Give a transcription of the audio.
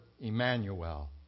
Emmanuel